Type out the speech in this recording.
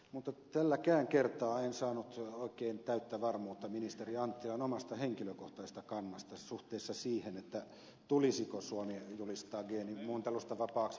mutta tälläkään kertaa en saanut oikein täyttä varmuutta ministeri anttilan omasta henkilökohtaisesta kannasta suhteessa siihen tulisiko suomi julistaa geenimuuntelusta vapaaksi viljelyalueeksi vai ei